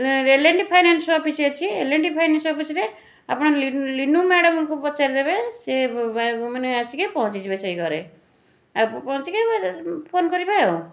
ରେଲେଣ୍ଟ finance office ଅଛି L N T ଅଫିସ୍ରେ ଆପଣ ଲିନୁ ମ୍ୟାଡ଼ାମଙ୍କୁ ପଚାରିଦେବେ ସିଏ ମାନେ ଆସିକି ପହଞ୍ଚିଯିବେ ସେଇଘରେ ଆଉ ପହଞ୍ଚିକି ଫୋନ୍ କରିବେ ଆଉ